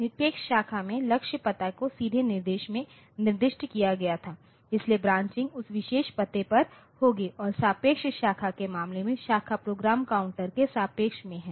निरपेक्ष शाखा में लक्ष्य पता को सीधे निर्देश में निर्दिष्ट किया गया था इसलिए ब्रांचिंग उस विशेष पते पर होगी और सापेक्ष शाखा के मामले में शाखा प्रोग्राम काउंटर के सापेक्ष में है